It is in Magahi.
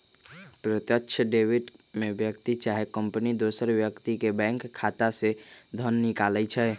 प्रत्यक्ष डेबिट में व्यक्ति चाहे कंपनी दोसर व्यक्ति के बैंक खता से धन निकालइ छै